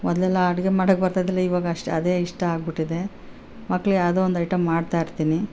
ಮೊದಲೆಲ್ಲ ಅಡುಗೆ ಮಾಡೋಕ್ಕೆ ಬರ್ತಿದ್ದಿಲ್ಲ ಇವಾಗ ಅಷ್ಟು ಅದೇ ಇಷ್ಟ ಆಗಿಬಿಟ್ಟಿದೆ ಮಕ್ಳು ಯಾವುದೋ ಒಂದು ಐಟಮ್ ಮಾಡ್ತಾ ಇರ್ತೀನಿ